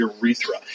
urethra